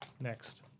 next